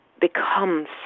becomes